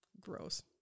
gross